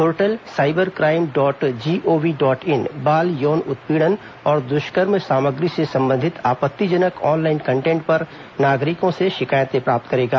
portal cyber crime dot gov dot in बाल यौन उत्पीड़न और दृष्कर्म सामग्री से संबंधित आपत्तिजनक ऑनलाइन कंटेंट पर नागरिकों से शिकायतें प्राप्त करेगा